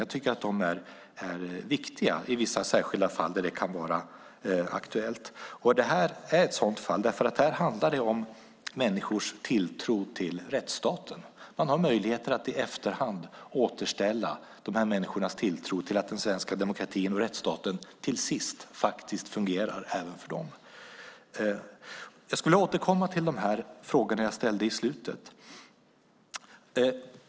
Jag tycker att de är viktiga i vissa särskilda fall där det kan vara aktuellt. Detta är ett sådant fall. Här handlar det om människors tilltro till rättsstaten. Man har möjlighet att återställa dessa människors tilltro till att den svenska demokratin och rättsstaten till sist faktiskt fungerar även för dem. Jag skulle vilja återkomma till de frågor som jag ställde i slutet.